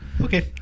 Okay